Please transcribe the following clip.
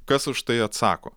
kas už tai atsako